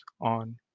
on